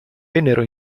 vennero